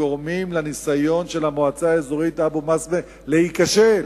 גורמים לניסיון של המועצה האזורית אבו-בסמה להיכשל.